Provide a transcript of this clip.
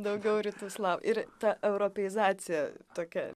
daugiau rytų slavų ir ta europeizacija tokia